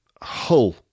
hull